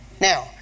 Now